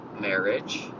marriage